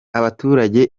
abaturage